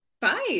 five